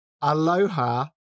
Aloha